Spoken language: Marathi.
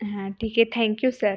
हं ठीक आहे थँक्यू सर